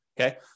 Okay